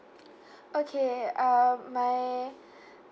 okay um my